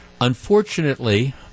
unfortunately